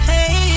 Hey